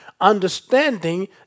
understanding